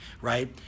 right